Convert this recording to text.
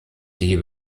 die